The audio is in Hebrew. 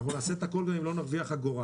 אנחנו נעשה את הכול גם לא נרוויח אגורה